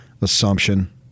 assumption